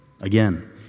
Again